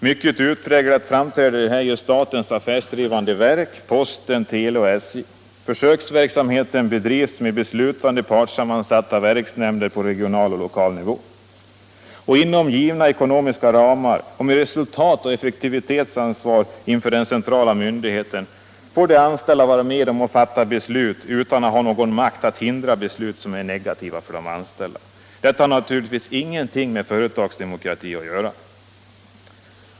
Mycket utpräglat framträder här statens affärsdrivande verk Posten, Tele och SJ. Försöksverksamheten bedrivs med beslutande partssammansatta verksnämnder på regional och lokal nivå och inom givna ekonomiska ramar. Med resultatoch effektivitetsansvar inför den centrala myndigheten får de anställda vara med om att fatta beslut utan att ha någon makt att hindra sådana beslut som är negativa för de anställda. Detta har naturligtvis ingenting med företagsdemokrati att göra.